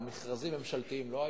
אבל מכרזים ממשלתיים לא היו.